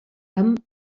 amb